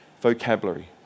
vocabulary